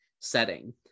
setting